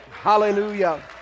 Hallelujah